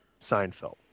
Seinfeld